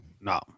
no